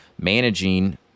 managing